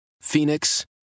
Phoenix